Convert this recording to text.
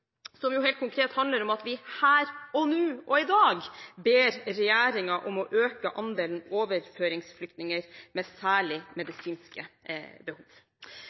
som helt konkret handler om at vi her og nå, i dag, ber regjeringen om å øke «andelen overføringsflyktninger fra Syria med særlige medisinske behov».